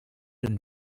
and